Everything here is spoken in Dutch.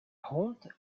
hond